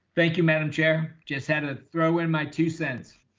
thank you. madam chair just had a throw in my two cents.